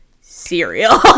cereal